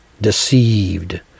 deceived